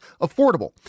affordable